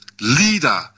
leader